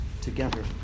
together